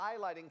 highlighting